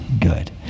good